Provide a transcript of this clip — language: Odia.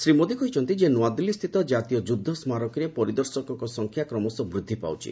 ପ୍ରଧାନମନ୍ତ୍ରୀ କହିଛନ୍ତି ଯେ ନୂଆଦିଲ୍ଲୀସ୍ଥିତ ଜାତୀୟ ଯୁଦ୍ଧ ସ୍କାରକୀରେ ପରିଦର୍ଶକଙ୍କ ସଂଖ୍ୟା କ୍ରମଶଃ ବୃଦ୍ଧି ପାଉଛି